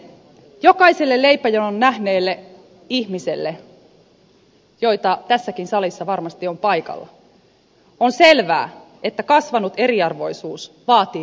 jokaiselle leipäjonon nähneelle ihmiselle joita tässäkin salissa varmasti on paikalla on selvää että kasvanut eriarvoisuus vaatii myös toimenpiteitä